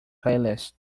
playlist